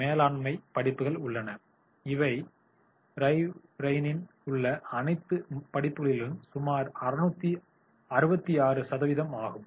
மேலாண்மை படிப்புகள் உள்ளன இவை ரைவ் ரெய்னில் உள்ள அனைத்து படிப்புகளிலும் சுமார் 66 சதவீதம் ஆகும்